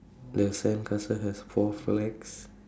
the sandcastle have four flags